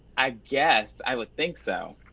i guess, i would think so.